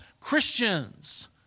Christians